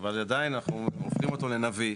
אבל עדיין אנחנו הופכים אותו לנביא.